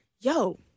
yo